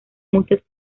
muchas